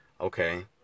okay